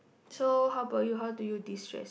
so how about you how do you distress